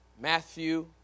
Matthew